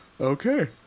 Okay